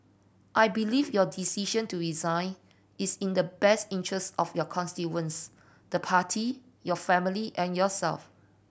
I believe your decision to resign is in the best interest of your constituents the Party your family and yourself